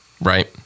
right